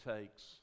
takes